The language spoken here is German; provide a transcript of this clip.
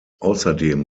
außerdem